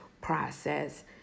process